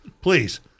please